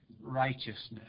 righteousness